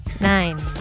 Nine